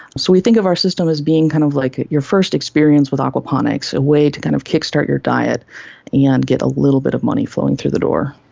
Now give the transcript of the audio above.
so we think of our system as being kind of like your first experience with aquaponics, a way to kind of kickstart your diet and get a little bit of money flowing through the door.